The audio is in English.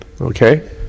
Okay